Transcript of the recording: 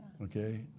Okay